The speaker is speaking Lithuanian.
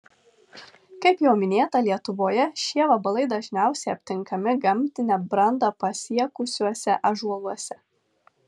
kaip jau minėta lietuvoje šie vabalai dažniausiai aptinkami gamtinę brandą pasiekusiuose ąžuoluose